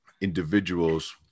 individuals